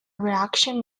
reaction